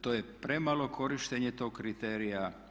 To je premalo korištenje tog kriterija.